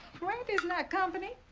randy's not company.